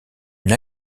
une